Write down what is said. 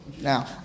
Now